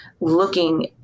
looking